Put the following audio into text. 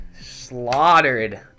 slaughtered